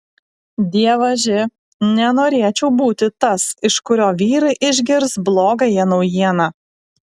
dievaži nenorėčiau būti tas iš kurio vyrai išgirs blogąją naujieną